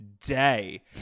day